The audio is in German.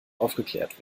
aufgeklärt